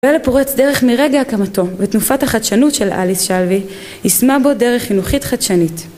ולפורץ דרך מרגע הקמתו. ותנופת החדשנות של אליס שלוי ישמה בו דרך חינוכית חדשנית